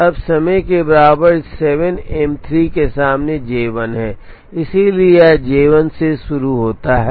अब समय के बराबर 7 M 3 के सामने J 1 है इसलिए यह J 1 शुरू होता है